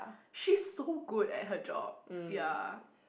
she's so good at her job ya